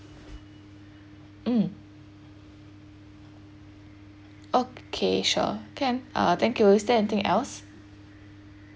mm okay sure can uh thank you is there anything else